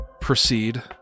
proceed